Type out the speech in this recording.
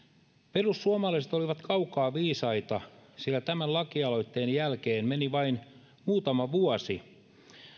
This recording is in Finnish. perussuomalaiset olivat kaukaa viisaita sillä tämän lakialoitteen jälkeen meni vain muutama vuosi